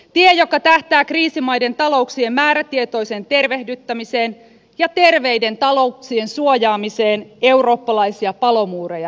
tie joka tähtää kriisimaiden talouksien määrätietoiseen tervehdyttämiseen ja terveiden talouksien suojaamiseen eurooppalaisia palomuureja rakentamalla